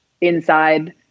inside